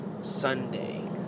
Sunday